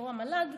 יו"ר המל"ג,